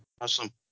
Awesome